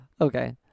okay